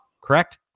Correct